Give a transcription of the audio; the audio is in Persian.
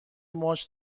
ماچ